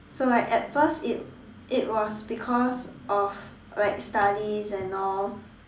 so like at first it it was because of like studies and all